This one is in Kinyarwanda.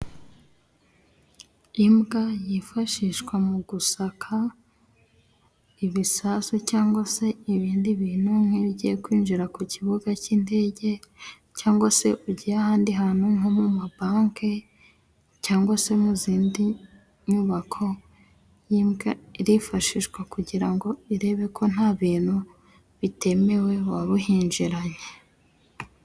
Imbwa yifashishwa mu gusaka ibisasu cyangwa se ibindi bintu nk'iyo ugiye kwinjira ku kibuga cy'indege cyangwa se ugiye ahandi hantu nko mu mabanke cyangwa se mu zindi nyubako. Iyi mbwa irifashishwa kugira ngo irebe ko nta bintu bitemewe waba uhinjiranye.